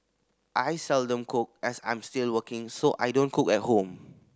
I seldom cook as I'm still working so I don't cook at home